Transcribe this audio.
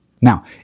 Now